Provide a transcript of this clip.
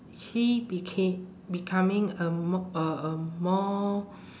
he beca~ becoming a mo~ a a more